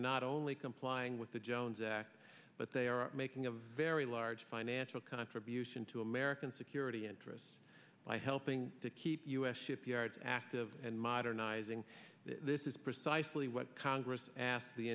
not only complying with the jones act but they are making a very large fine natural contribution to american security interests by helping to keep us shipyards active and modernizing this is precisely what congress asked the